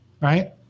right